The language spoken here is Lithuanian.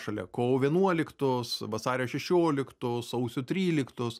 šalia kovo vienuoliktos vasario šešioliktos sausio tryliktos